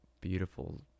beautiful